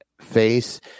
face